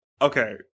Okay